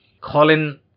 Colin